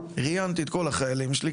ראיינתי את כל החיילים שלי,